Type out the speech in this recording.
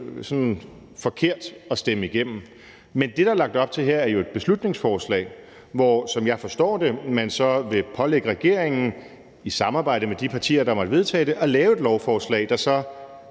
forkert at stemme igennem. Men det, der er lagt op til her, er jo et beslutningsforslag, hvor man, som jeg forstår det, så vil pålægge regeringen i samarbejde med de partier, der måtte vedtage det, at lave et lovforslag, der så